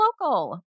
local